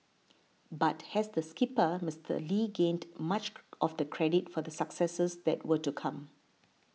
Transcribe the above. but as the skipper Mister Lee gained much of the credit for the successes that were to come